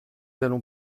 allons